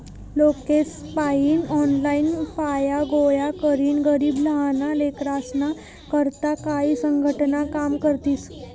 लोकेसपायीन ऑनलाईन फाया गोया करीन गरीब लहाना लेकरेस्ना करता काई संघटना काम करतीस